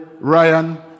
Ryan